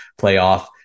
playoff